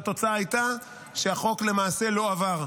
והתוצאה הייתה שהחוק למעשה לא עבר,